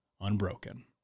unbroken